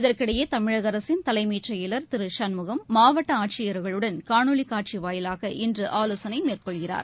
இதற்கிடையே தமிழக அரசின் தலைமைச் செயலர் திரு சண்முகம் மாவட்ட ஆட்சியர்களுடன் காணொலி காட்சி வாயிலாக இன்று ஆலோசனை மேற்கொள்கிறார்